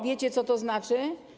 Wiecie, co to znaczy?